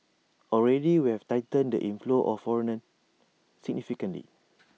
already we have tightened the inflows of foreigners significantly